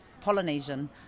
Polynesian